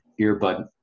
earbud